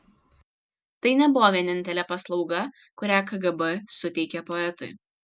tai nebuvo vienintelė paslauga kurią kgb suteikė poetui